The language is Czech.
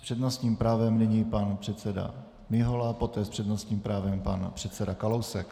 S přednostním právem nyní pan předseda Mihola, poté s přednostním právem pan předseda Kalousek.